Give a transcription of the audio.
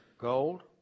gold